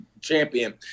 champion